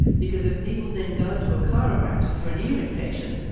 because if people then go to a chiropractor for an ear infection,